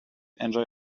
enjoy